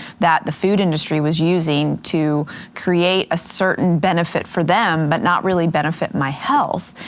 that the food industry was using to create a certain benefit for them, but not really benefit my health.